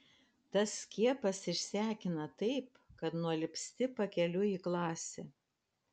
tas skiepas išsekina taip kad nualpsti pakeliui į klasę